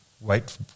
wait